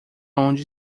onde